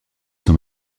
sont